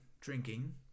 drinking